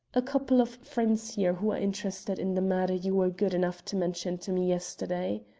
a couple of friends here who are interested in the matter you were good enough to mention to me yesterday.